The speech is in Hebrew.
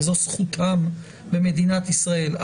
וזאת זכותם במדינת ישראל,